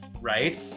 right